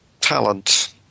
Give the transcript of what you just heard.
talent –